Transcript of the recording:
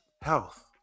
health